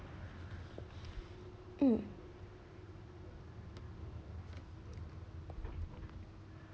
mm